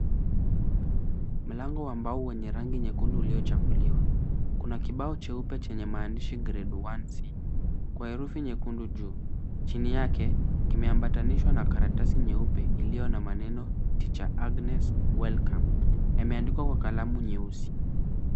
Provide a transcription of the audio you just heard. Mlango wa mbao wenye rangi nyekundu uliochafuliwa. Kuna kibao cheupe maandishi Grade 1C kwa herufi nyekundu juu. Chini yake, kimeambatanishwa na karatasi nyeupe iliyo na maneno Tr Agnes welcome . Yameandikwa kwa kalamu nyeusi.